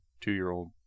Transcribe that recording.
two-year-old